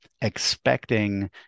expecting